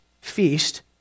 feast